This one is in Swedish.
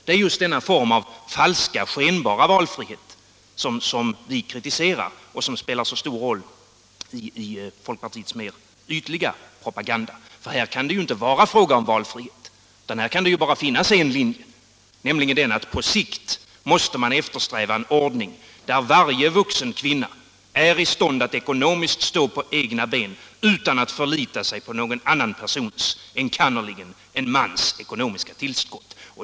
Det är just denna form av falsk och skenbar valfrihet som vi kritiserar och som spelar så stor roll i folkpartiets mer ytliga propaganda. Här kan det ju inte vara fråga om valfrihet utan här kan det bara finnas en linje, nämligen att på sikt måste man eftersträva en ordning där varje vuxen kvinna är i stånd att ekonomiskt stå på egna ben utan att förlita sig på någon annan persons — enkannerligen en mans — ekonomiska tillskott.